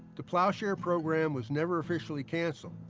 the plowshare program was never officially canceled.